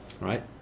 right